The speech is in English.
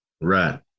Right